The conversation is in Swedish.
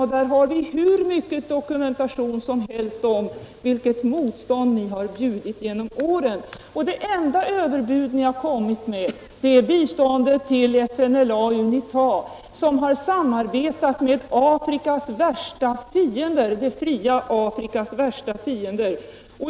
Därvidlag har vi hur mycket dokumentation som helst om vilket motstånd ni har bjudit genom åren. Det enda överbud ni har kommit med gäller biståndet till FNLA och UNITA, som har samarbetat med det fria Afrikas värsta fiender.